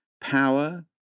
power